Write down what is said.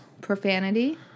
Profanity